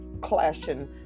clashing